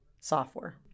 software